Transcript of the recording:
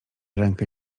rękę